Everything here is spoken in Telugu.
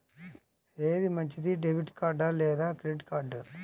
ఏది మంచిది, డెబిట్ కార్డ్ లేదా క్రెడిట్ కార్డ్?